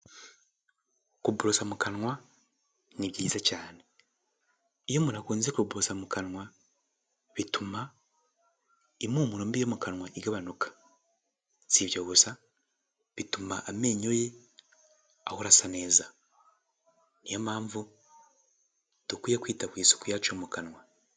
Kuborosa mu kanwa ni byiza cyane. Iyo umuntu akunze kuborosa mu kanwa bituma impumuro mbi yo mu kanwa igabanuka. Si ibyo gusa bituma amenyo ye ahora asa neza. Ni yo mpamvu dukwiye kwita ku isuku yacu yo mu kanwa.